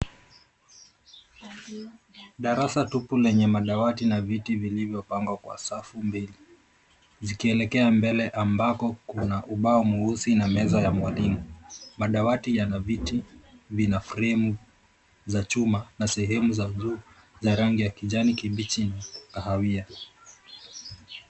Darasa tupu lenye madawati ya viti vilivyopangwa kwa safu mbili zikielekea mbele ambako kuna ubao mweusi na meza ya mwalimu. Madawati yana viti, vina fremu za chuma na sehemu za buluu za rangi ya kijani kibichi na kahawia.